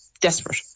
desperate